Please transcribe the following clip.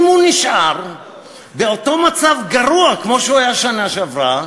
אם הוא נשאר באותו מצב גרוע כמו שהיה בשנה שעברה,